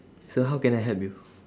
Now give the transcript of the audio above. so how can I help you